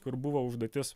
kur buvo užduotis